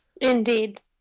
indeed